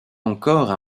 encore